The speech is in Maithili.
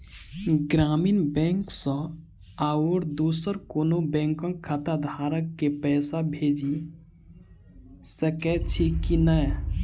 ग्रामीण बैंक सँ आओर दोसर कोनो बैंकक खाताधारक केँ पैसा भेजि सकैत छी की नै?